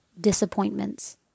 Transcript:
disappointments